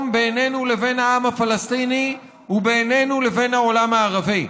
בינינו לבין העם הפלסטיני ובינינו לבין העולם הערבי.